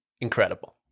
incredible